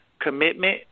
commitment